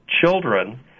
children